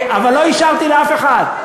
אבל לא אישרתי לאף אחד.